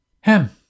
Hem